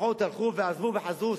לפחות הלכו ועזבו וחזרו,